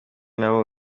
nabo